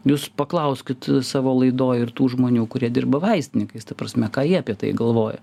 jūs paklauskit savo laidoj ir tų žmonių kurie dirba vaistininkais ta prasme ką jie apie tai galvoja